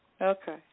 Okay